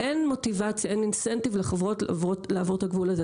אין מוטיבציה לחברות לעבור את הגבול הזה,